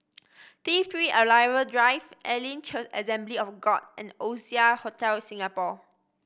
T Three Arrival Drive Elim Church Assembly of God and Oasia Hotel Singapore